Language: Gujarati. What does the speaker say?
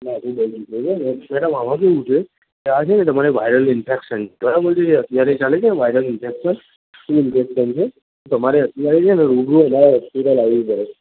માથું બહુ દુઃખે છે હેં ને મેડમ આમાં કેવું છે કે આ છે ને તમારે વાયરલ ઇન્ફેક્શન છે બરાબર છે એ અત્યારે ચાલે છે ને વાયરલ ઇન્ફેક્શન એ ઇન્ફેક્શન છે તમારે અત્યારે છે ને રુબરુ અમારાં હોસ્પિટલ આવવું પડે